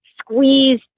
squeeze